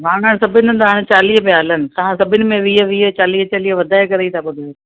मां न सभिनि हंधि हाणे चालीह पिया हलनि तव्हां सभिनि में वीह वीह चालीह चालीह वधाए करे ई था ॿुधायो